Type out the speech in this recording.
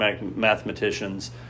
mathematicians